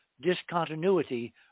discontinuity